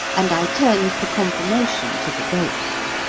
and i turned for confirmation to the ghost.